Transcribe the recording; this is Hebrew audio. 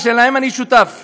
ואני שותף לה.